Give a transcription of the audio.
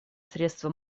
средства